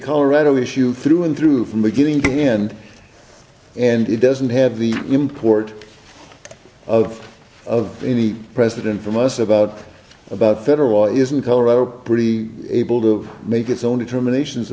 colorado issue through and through from beginning to end and it doesn't have the import of of any president from us about about federal isn't color are pretty able to make its own determinations